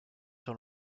sur